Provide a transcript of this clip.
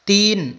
तीन